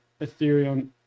ethereum